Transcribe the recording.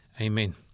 Amen